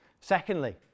Secondly